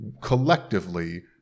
collectively